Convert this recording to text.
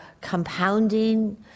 compounding